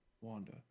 Wanda